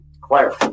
Claire